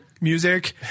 music